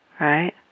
right